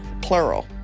plural